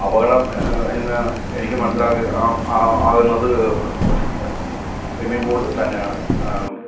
അപകടം എന്ന് എനിക്ക് മനസ്സിലാക്കി ആകുന്നത് സിമ്മിംഗ് പൂൾ തന്നെയാണ്